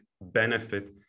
benefit